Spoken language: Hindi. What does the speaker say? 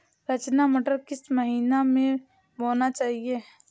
रचना मटर किस महीना में बोना चाहिए?